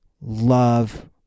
love